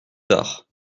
tard